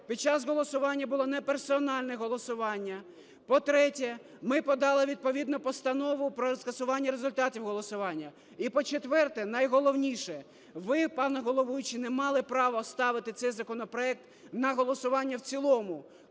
під час голосування було неперсональне голосування. По-третє, ми подали відповідну постанову про скасування результатів голосування. І по-четверте, найголовніше, ви, пан головуючий, не мали права ставити цей законопроект на голосування в цілому,